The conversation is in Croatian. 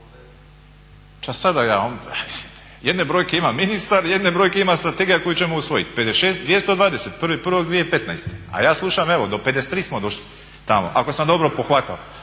Jedne brojke ima ministar, jedne brojke ima strategija koju ćemo usvojiti. 56220, 1.1.2015. a ja slušam evo do 53 smo došli tamo, ako sam dobro pohvatao.